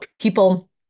people